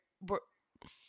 we're-